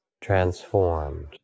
transformed